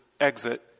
exit